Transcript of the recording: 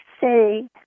say